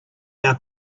are